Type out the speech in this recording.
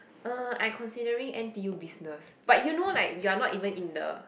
uh I considering n_t_u business but you know like you are not even in the